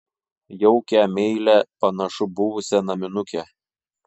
jaukią meilią panašu buvusią naminukę